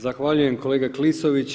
Zahvaljujem kolega Klisović.